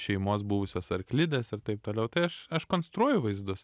šeimos buvusios arklidės ir taip toliau tai aš aš konstruoju vaizdus